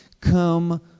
come